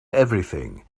everything